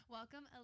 Welcome